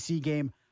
game